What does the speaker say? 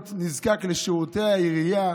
נזקק לשירותי העירייה